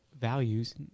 values